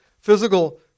physical